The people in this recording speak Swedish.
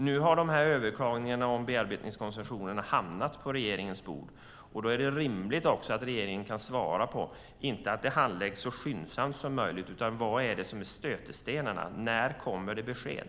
Nu har överklagningarna om bearbetningskoncessionerna hamnat på regeringens bord, och då är det rimligt att regeringen kan svara - inte att det handläggs så skyndsamt som möjligt - på vilka stötestenarna är. När kommer det besked?